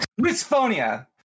Misphonia